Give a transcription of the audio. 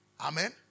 Amen